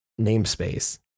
namespace